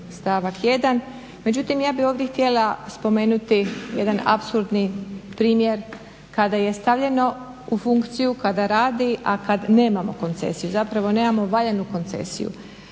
stavak 1. Međutim, ja bih ovdje htjela spomenuti jedan apsolutni primjer kada je stavljeno u funkciju, kada radi a kad nemamo koncesiju, zapravo nemamo valjanu koncesiju.